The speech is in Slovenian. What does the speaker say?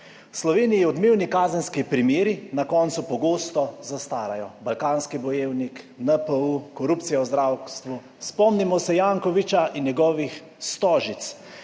Sloveniji odmevni kazenski primeri na koncu pogosto zastarajo. Balkanski bojevnik, NPU, korupcija v zdravstvu, spomnimo se Jankovića in njegovih Stožic,